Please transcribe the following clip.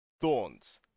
Thorns